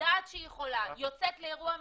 שיודעת שהיא חולה יוצאת לאירוע משפחתי,